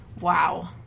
Wow